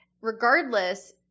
regardless